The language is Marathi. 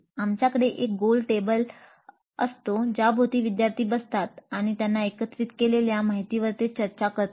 आमच्याकडे एक गोल टेबल असतो ज्याभोवती विद्यार्थी बसतात आणि त्यांनी एकत्रित केलेल्या माहितीवर ते चर्चा करतात